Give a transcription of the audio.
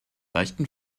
leichten